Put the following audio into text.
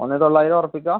ഒന്ന് തൊള്ളായിരം ഉറപ്പിക്കാം